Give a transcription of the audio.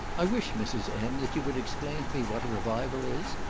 i wish, mrs. m, that you would explain to me what a revival is.